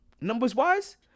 Numbers-wise